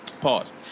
pause